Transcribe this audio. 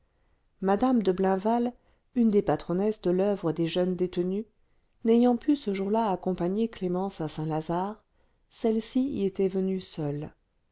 mme de blainval une des patronnesses de l'oeuvre des jeunes détenues n'ayant pu ce jour-là accompagner clémence à saint-lazare celle-ci y était venue seule